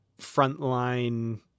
frontline